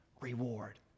reward